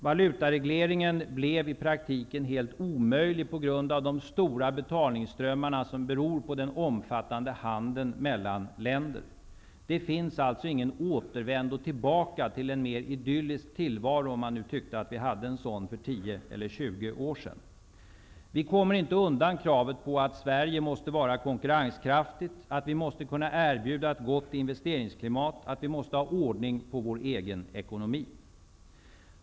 Valutaregleringen blev i praktiken helt omöjlig på grund av de stora betalningsströmmar som beror på den omfattande handeln mellan länder. Det finns alltså ingen återvändo till en mera idyllisk tillvaro -- om man nu tycker att vi hade en sådan för tio eller tjugo år sedan. Vi kommer inte undan att Sverige måste vara konkurrenskraftigt, att vi måste kunna erbjuda ett gott investeringsklimat och att vi måste ha ordning på vår egen ekonomi.